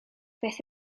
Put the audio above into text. beth